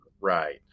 right